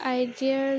idea